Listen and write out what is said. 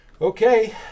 Okay